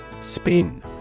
Spin